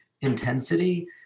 intensity